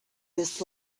this